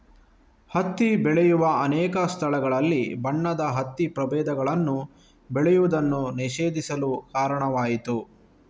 ಹತ್ತಿ ಬೆಳೆಯುವ ಅನೇಕ ಸ್ಥಳಗಳಲ್ಲಿ ಬಣ್ಣದ ಹತ್ತಿ ಪ್ರಭೇದಗಳನ್ನು ಬೆಳೆಯುವುದನ್ನು ನಿಷೇಧಿಸಲು ಕಾರಣವಾಯಿತು